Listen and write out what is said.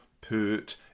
put